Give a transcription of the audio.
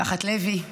משפחת לוי,